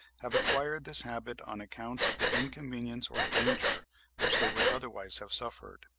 have acquired this habit on account of the inconvenience or danger which they would otherwise have suffered.